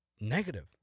negative